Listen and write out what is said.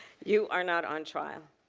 you are not on trial.